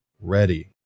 ready